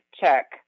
check